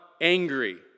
angry